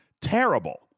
terrible